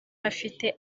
afite